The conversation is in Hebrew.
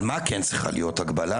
על מה כן צריכה להיות הגבלה?